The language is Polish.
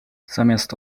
zamiast